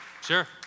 sure